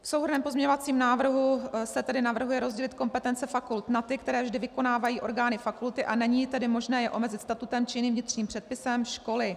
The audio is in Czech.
V souhrnném pozměňovacím návrhu se tedy navrhuje rozdělit kompetence fakult na ty, které vždy vykonávají orgány fakulty, a není tedy možné je omezit statutem či jiným vnitřním předpisem školy.